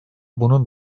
bunun